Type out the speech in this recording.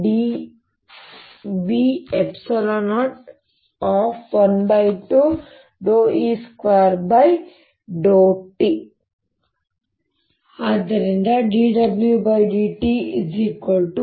B0 dV012E2∂t ಆದ್ದರಿಂದ ನಾನು dWdt10dV E